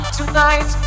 Tonight